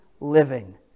living